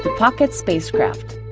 pocket spacecraft.